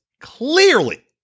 clearly